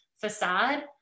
facade